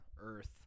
earth